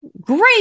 Great